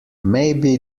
maybe